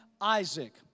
Isaac